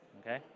okay